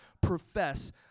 profess